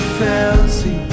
fancy